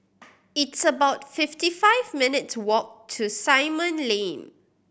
it's about fifty five minutes' walk to Simon Lane